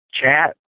chat